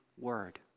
word